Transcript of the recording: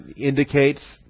indicates